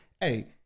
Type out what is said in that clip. Hey